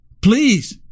Please